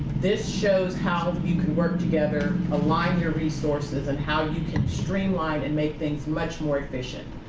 this shows how you can work together, align your resources, and how you can streamline and make things much more efficient.